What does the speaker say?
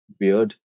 weird